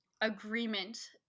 agreement